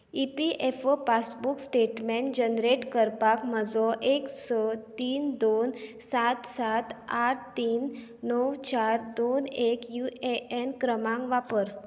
E P F O passbook statement generate करपाक म्हजो एक स तीन दोन सात सात आठ तीन णव चार दोन एक यु ए एन क्रमांक वापर